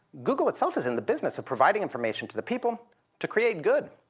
google itself is in the business of providing information to the people to create good.